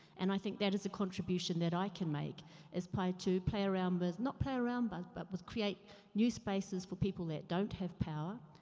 and i think that is a contribution that i can make as part to play around with, not play around but, but with create new spaces for people that don't have power.